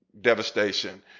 devastation